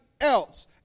else